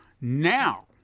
Now